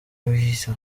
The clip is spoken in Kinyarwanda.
wiyita